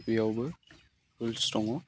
बेयावबो रुल्स दङ